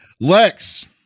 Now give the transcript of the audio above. Lex